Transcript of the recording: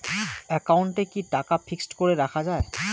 একাউন্টে কি টাকা ফিক্সড করে রাখা যায়?